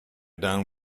down